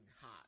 hot